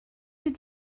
been